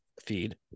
feed